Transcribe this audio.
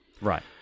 Right